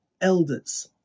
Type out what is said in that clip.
elders